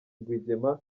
rwigema